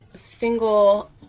single